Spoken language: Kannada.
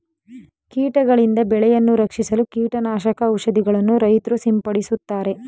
ಕೀಟಗಳಿಂದ ಬೆಳೆಯನ್ನು ರಕ್ಷಿಸಲು ಕೀಟನಾಶಕ ಔಷಧಿಗಳನ್ನು ರೈತ್ರು ಸಿಂಪಡಿಸುತ್ತಾರೆ